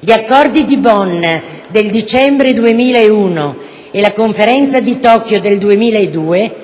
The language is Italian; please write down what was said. Gli Accordi di Bonn del dicembre 2001 e la Conferenza di Tokyo del 2002